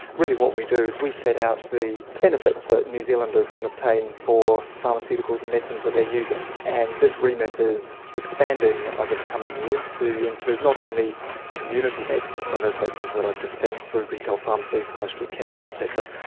really what we do is we set out the benefits that new zealanders can obtain for pharmaceuticals and medicines that they are using, and this remit is expanding over the coming years to include not only community medicine, so those medicines that are dispensed through retail pharmacies, high street chemists et cetera,